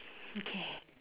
okay